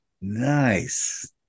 nice